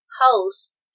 host